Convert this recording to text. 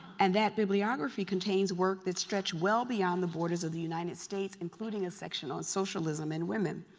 and that bibliography contains work that stretched well beyond the borders of the united states, including a section on socialism in women.